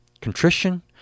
Contrition